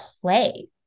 play